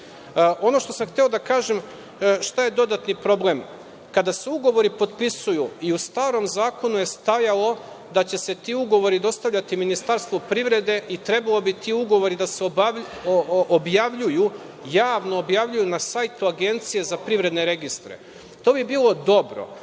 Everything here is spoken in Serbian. što sam hteo da kažem, šta je dodatni problem. Kada se ugovori potpisuju i u starom zakonu je stajalo da će se ti ugovori dostavljati Ministarstvu privrede i trebalo bi ti ugovori da se javno objavljuju na sajtu Agencije za privredne registre. To bi bilo dobro.